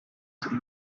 seal